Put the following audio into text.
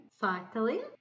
Cycling